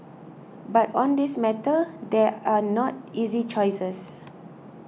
but on this matter there are not easy choices